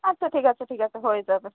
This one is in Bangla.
আচ্ছা ঠিক আছে ঠিক আছে হয়ে যাবে